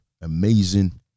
amazing